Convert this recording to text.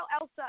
Elsa